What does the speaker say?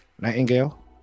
Nightingale